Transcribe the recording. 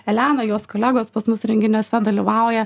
eleną jos kolegos pas mus renginiuose dalyvauja